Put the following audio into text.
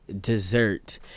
dessert